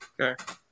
Okay